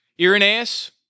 Irenaeus